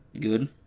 good